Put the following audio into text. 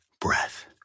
breath